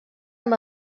amb